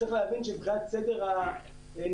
צריך להבין שמבחינת סדר הנשייה,